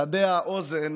חדי האוזן